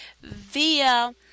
via